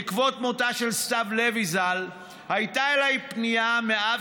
בעקבות מותה של סתיו לוי ז"ל הייתה אליי פנייה מאב